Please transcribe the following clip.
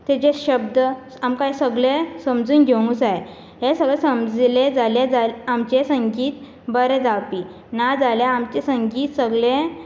तेचे शब्द आमकां हे सगळे समजून घेवंक जाय हे समजलें जाले जाल्यार आमचें संगीत बरें जावपी ना जाल्यार आमचें संगीत सगळें